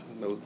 No